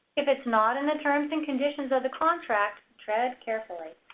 if it's not in the terms and conditions of the contract, tread carefully.